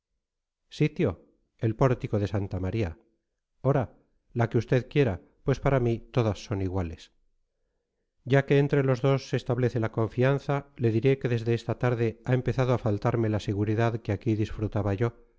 sitio el pórtico de santa maría hora la que usted quiera pues para mí todas son iguales ya que entre los dos se establece la confianza le diré que desde esta tarde ha empezado a faltarme la seguridad que aquí disfrutaba yo